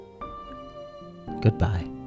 Goodbye